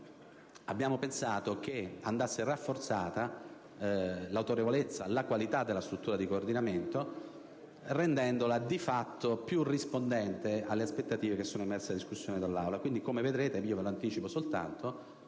la corruzione - andasse rafforzata l'autorevolezza e la qualità della struttura di coordinamento, rendendola di fatto più rispondente alle aspettative emerse dalla discussione in Aula.